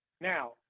Now